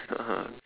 (uh huh)